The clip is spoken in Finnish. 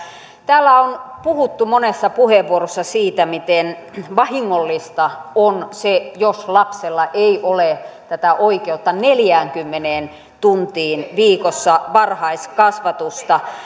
täällä on puhuttu monessa puheenvuorossa siitä miten vahingollista on se jos lapsella ei ole oikeutta neljäänkymmeneen tuntiin viikossa varhaiskasvatusta